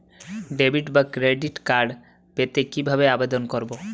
Debit বা credit card পেতে কি ভাবে আবেদন করব?